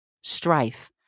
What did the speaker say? strife